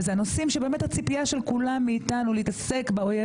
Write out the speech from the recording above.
ואלה נושאים שבאמת הציפייה של כולם מאתנו להתעסק באויב